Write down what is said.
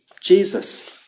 Jesus